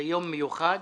יום מיוחד